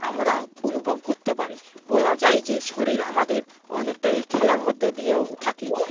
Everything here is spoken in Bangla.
আমরা অনুভব করতে পারি বোঝা যায় যে শরীর আমাদের অনেকটাই খেলার মধ্যে দিয়েও থাকে